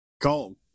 call